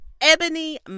Ebony